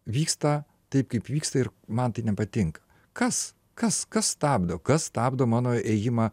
vyksta taip kaip vyksta ir man tai nepatinka kas kas kas stabdo kas stabdo mano ėjimą